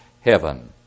heaven